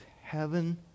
Heaven